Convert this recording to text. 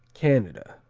canada